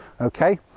okay